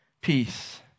peace